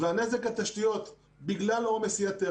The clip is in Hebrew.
והנזק לתשתיות בגלל עומס היתר,